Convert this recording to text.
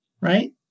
Right